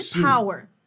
power